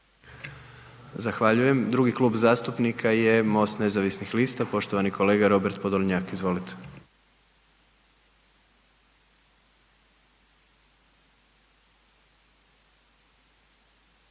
Zahvaljujem. Drugi Klub zastupnika je Most nezavisnih lista, poštovani kolega Robert Podolnjak, izvolite.